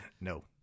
no